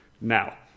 now